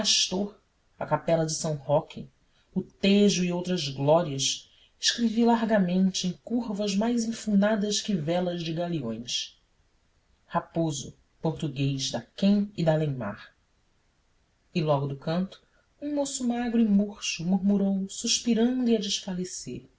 adamastor a capela de são roque o tejo e outras glórias escrevi largamente em curvas mais enfunadas que velas de galeões raposo português daquém e dalém mar e logo do canto um moço magro e murcho murmurou suspirando e a desfalecer